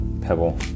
Pebble